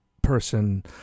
person